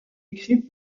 écrit